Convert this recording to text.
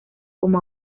como